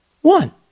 One